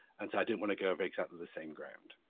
and so i didn't want to go over exactly the same ground.